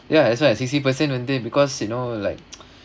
ya as long as sixty percent வந்து:vandhu because you know like